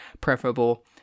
preferable